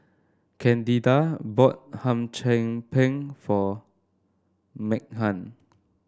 Candida bought Hum Chim Peng for Meaghan